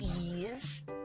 ease